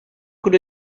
could